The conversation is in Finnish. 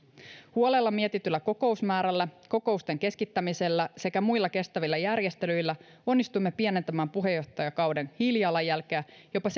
huolella mietityllä kokousmäärällä kokousten keskittämisellä sekä muilla kestävillä järjestelyillä onnistuimme pienentämään puheenjohtajakauden hiilijalanjälkeä jopa